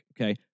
okay